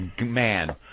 man